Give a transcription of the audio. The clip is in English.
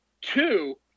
Two